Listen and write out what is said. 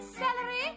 Celery